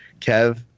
Kev